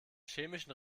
chemischen